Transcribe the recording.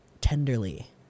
tenderly